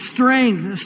Strength